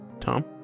Tom